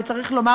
וצריך לומר,